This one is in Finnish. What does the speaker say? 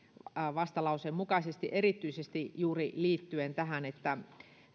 vastalauseen mukaisesti erityisesti juuri liittyen tähän että